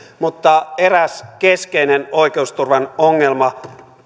mutta eräs keskeinen oikeusturvan ongelma